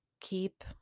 Keep